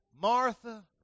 Martha